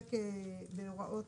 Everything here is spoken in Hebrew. שעוסק בהוראות